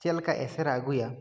ᱪᱮᱫ ᱞᱮᱠᱟ ᱮᱥᱮᱨ ᱮ ᱟᱹᱜᱩᱭᱟ